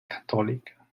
cattolica